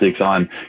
on